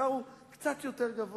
שהשכר הוא קצת יותר גבוה.